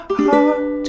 heart